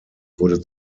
wurde